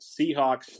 Seahawks